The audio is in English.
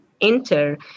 enter